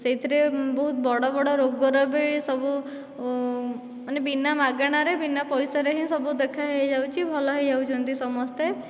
ସେଥିରେ ବହୁତ ବଡ଼ ବଡ଼ ରୋଗ ର ବି ସବୁ ମାନେ ବିନା ମାଗେଣାରେ ବିନା ପଇସାରେ ହିଁ ସବୁ ଦେଖା ହୋଇଯାଉଛି ଭଲ ହୋଇଯାଉଛନ୍ତି ସମସ୍ତେ